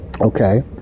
okay